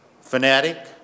fanatic